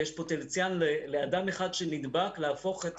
ויש פוטנציאל לאדם אחד שנדבק להפוך את